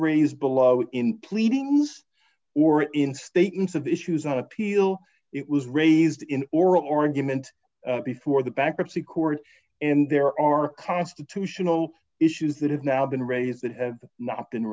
raised below in pleadings or in statements of the issues on appeal it was raised in oral argument before the bankruptcy court and there are constitutional issues that have now been raised that have not been